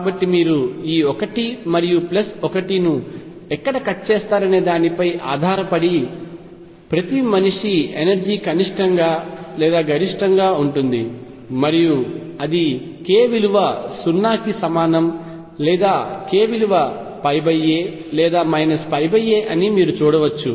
కాబట్టి మీరు ఈ 1 మరియు ప్లస్ 1 ను ఎక్కడ కట్ చేస్తారనే దానిపై ఆధారపడి ప్రతి మనిషి ఎనర్జీ కనిష్టంగా లేదా గరిష్టంగా ఉంటుంది మరియు ఇది k విలువ 0 కి సమానం లేదా k విలువ a లేదా πa అని మీరు చూడవచ్చు